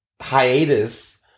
hiatus